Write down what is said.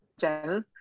channel